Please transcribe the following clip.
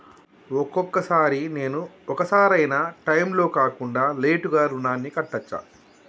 ఒక్కొక సారి నేను ఒక సరైనా టైంలో కాకుండా లేటుగా రుణాన్ని కట్టచ్చా?